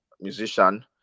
musician